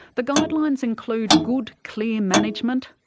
the guidelines include good, clear management,